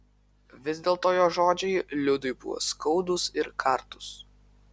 vis dėlto jo žodžiai liudui buvo skaudūs ir kartūs